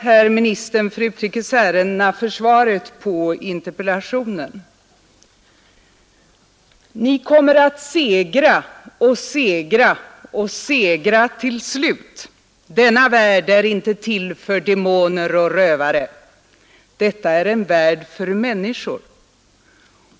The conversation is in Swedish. Herr talman! ”Ni kommer att segra och segra och segra till slut. Denna värld är inte till för demoner och rövare. Detta är en värld för människor.